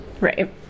right